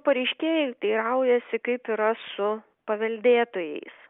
pareiškėjai teiraujasi kaip yra su paveldėtojais